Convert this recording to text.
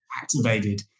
activated